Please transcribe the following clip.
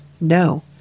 No